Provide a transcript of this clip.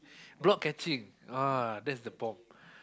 block catching !wah! that is the bomb